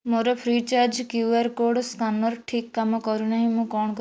ମୋର Freecharge QR code scanner ଠିକ କାମ କରୁନାହିଁ ମୁଁ କ'ଣ